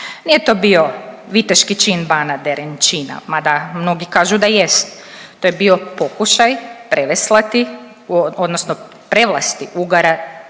Nije to bio viteški čin bana Derenčina mada mnogi kažu da jest. To je bio pokušaj preveslati